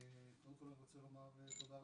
קודם כל אני רוצה לומר תודה רבה,